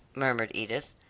murmured edith.